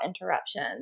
interruption